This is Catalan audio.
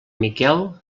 miquel